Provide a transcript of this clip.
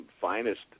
finest